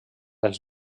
els